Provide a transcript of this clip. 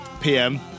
PM